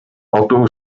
otto